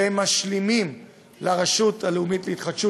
שהם משלימים לרשות הלאומית להתחדשות